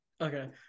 Okay